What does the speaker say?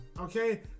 okay